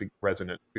resonant